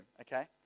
okay